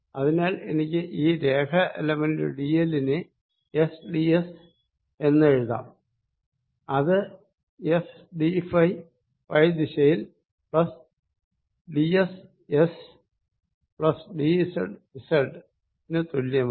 അതിനാൽ എനിക്ക് ഈ രേഖ എലമെന്റ് ഡി എൽ നെ എസ് ഡി എസ് എഴുതാം അത് എസ് ഡി ഫൈ ഫൈ ദിശയിൽ plus D S S plus D Z Z നു തുല്യമാണ്